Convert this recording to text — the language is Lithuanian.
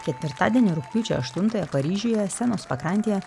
ketvirtadienį rugpjūčio aštuntąją paryžiuje senos pakrantėje